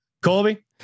Colby